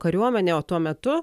kariuomenė o tuo metu